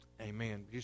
amen